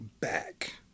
back